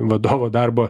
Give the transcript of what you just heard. vadovo darbo